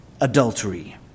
adultery